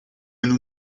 nous